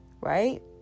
right